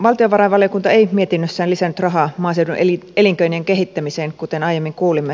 valtiovarainvaliokunta ei mietinnössään lisännyt rahaa maaseudun elinkeinojen kehittämiseen kuten aiemmin kuulimme